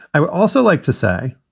i would also like to say.